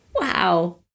wow